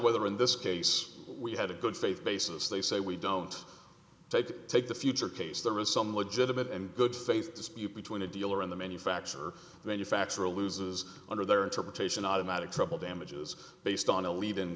whether in this case we had a good faith basis they say we don't take take the future case there is some legitimate and good faith dispute between a dealer in the manufacture manufacturer loses under their interpretation automatic triple damages based on a lead in